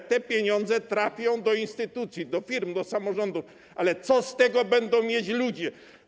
Bo te pieniądze trafią do instytucji, do firm, do samorządów, ale co z tego będą mieć ludzie?